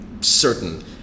certain